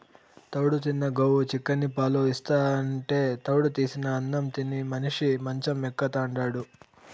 తౌడు తిన్న గోవు చిక్కని పాలు ఇస్తాంటే తౌడు తీసిన అన్నం తిని మనిషి మంచం ఎక్కుతాండాడు